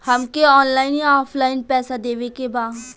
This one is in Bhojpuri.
हमके ऑनलाइन या ऑफलाइन पैसा देवे के बा?